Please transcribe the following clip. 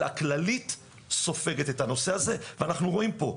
הכללית סופגת את הנושא הזה ואנחנו רואים פה,